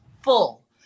full